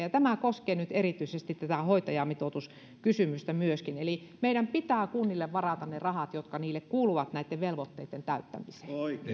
ja tämä koskee nyt erityisesti tätä hoitajamitoituskysymystä myöskin eli meidän pitää kunnille varataan ne rahat jotka niille kuuluvat näitten velvoitteitten täyttämiseen